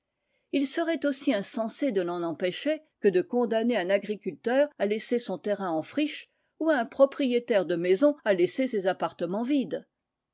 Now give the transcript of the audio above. il serait aussi insensé de l'en empêcher que de condamner un agriculteur à laisser son terrain en friche ou un propriétaire de maison à laisser ses appartements vides